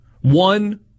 One